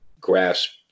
grasp